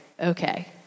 okay